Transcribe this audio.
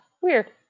Weird